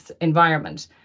environment